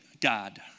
God